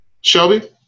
Shelby